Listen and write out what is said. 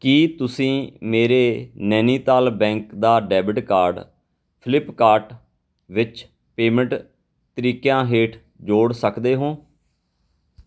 ਕੀ ਤੁਸੀਂਂ ਮੇਰੇ ਨੈਨੀਤਾਲ ਬੈਂਕ ਦਾ ਡੈਬਿਟ ਕਾਰਡ ਫਲਿੱਪਕਾਰਟ ਵਿੱਚ ਪੇਮੈਂਟ ਤਰੀਕਿਆਂ ਹੇਠ ਜੋੜ ਸਕਦੇ ਹੋ